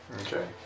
Okay